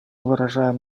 выражаем